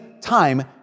time